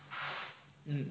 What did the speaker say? mm